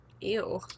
Ew